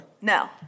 No